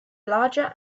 larger